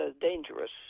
dangerous